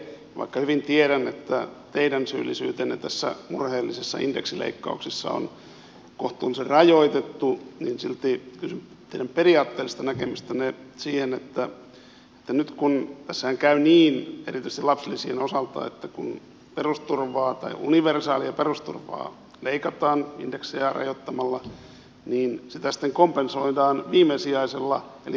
vaikka hyvin tiedän että teidän syyllisyytenne tässä murheellisessa indeksileikkauksessa on kohtuullisen rajoitettu niin silti kysyn teidän periaatteellista näkemystänne siitä että nythän tässä käy niin erityisesti lapsilisien osalta että kun universaalia perusturvaa leikataan indeksejä rajoittamalla niin sitä sitten kompensoidaan viimesijaisella eli toimeentulotuella